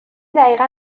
دقیقا